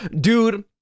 Dude